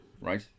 right